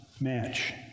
match